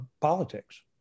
politics